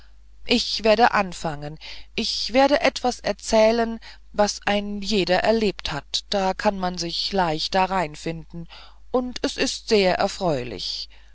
ich werde anfangen ich werde etwas erzählen was ein jeder erlebt hat da kann man sich leicht darein finden und es ist sehr erfreulich